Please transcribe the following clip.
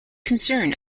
concern